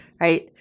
right